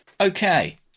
Okay